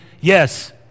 yes